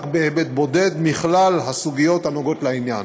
בהיבט בודד מכלל הסוגיות הנוגעות בעניין.